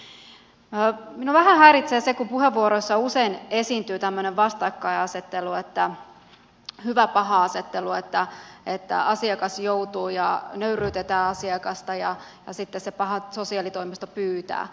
minua vähän häiritsee se kun puheenvuoroissa usein esiintyy tämmöinen hyväpaha vastakkainasettelu että asiakas joutuu ja nöyryytetään asiakasta ja sitten se paha sosiaalitoimisto pyytää